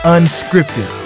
Unscripted